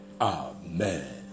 Amen